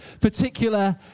particular